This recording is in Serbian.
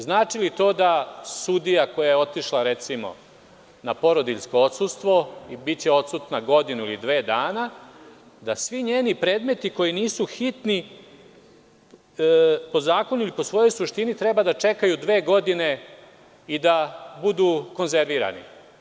Znači li to da sudija koja je otišla na porodiljsko odsustvo, biće odsutna godinu ili dve dana, da svi njeni predmeti koji nisu hitni po zakonu ili po svojoj suštini treba da čekaju dve godine i da budu konzervirani.